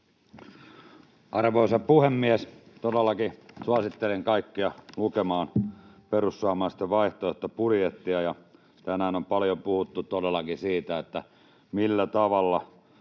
Arvoisa puhemies! Todellakin suosittelen kaikkia lukemaan perussuomalaisten vaihtoehtobudjettia. Tänään on paljon puhuttu todellakin siitä, millä tavalla